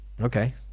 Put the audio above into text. Okay